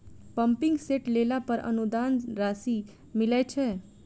Pumping set लेला पर अनुदान राशि मिलय छैय?